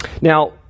Now